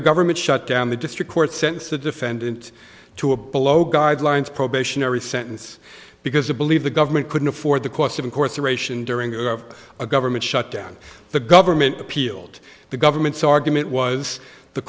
a government shutdown the district court sentenced the defendant to a below guidelines probationary sentence because they believe the government couldn't afford the cost of incarceration during a government shutdown the government appealed the government's argument was the